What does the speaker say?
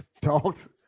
Dogs